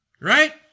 right